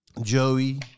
Joey